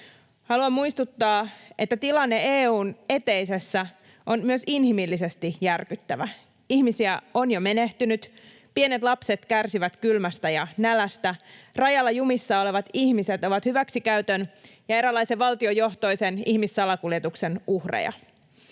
Haluan muistuttaa, että tilanne EU:n eteisessä on myös inhimillisesti järkyttävä. Ihmisiä on jo menehtynyt. Pienet lapset kärsivät kylmästä ja nälästä. Rajalla jumissa olevat ihmiset ovat hyväksikäytön ja eräänlaisen valtiojohtoisen ihmissalakuljetuksen uhreja.